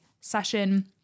session